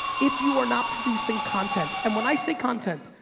if you are not producing content, and when i say content,